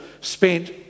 spent